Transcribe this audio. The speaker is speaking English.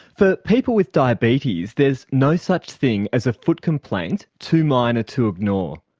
for people with diabetes, there's no such thing as a foot complaint too minor to ignore.